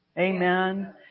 Amen